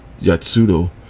Yatsudo